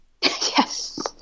Yes